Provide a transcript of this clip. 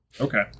Okay